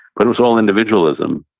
but it was all individualism.